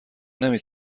نمی